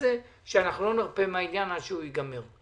לא נרפה מהעניין הזה עד שהוא יגמר.